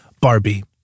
Barbie